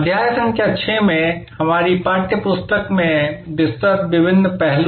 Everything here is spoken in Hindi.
अध्याय संख्या 6 में हमारी पाठ्य पुस्तक में विस्तृत विभिन्न पहलू